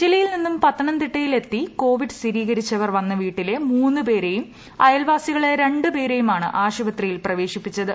ഇറ്റലിയിൽ നിന്നും പത്തനംതിട്ടയിൽ എത്തി കോവിഡ് സ്ഥിരീകരിച്ചവർ വന്ന വീട്ടിലെ മൂന്നുപേരെയും അയൽവാസികളായ രണ്ടുപേരെയുമാണ് ആശുപത്രിയിൽ പ്രവേശിപ്പിച്ചത്